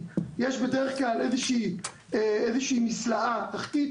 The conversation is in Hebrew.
יש בדרך כלל איזו שהיא מסלעה תחתית,